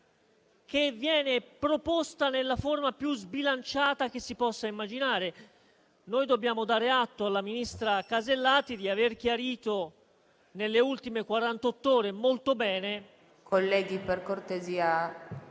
che viene proposta nella forma più sbilanciata che si possa immaginare. Noi dobbiamo dare atto alla ministra Casellati di aver chiarito nelle ultime quarantotto ore molto bene...